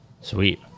Sweet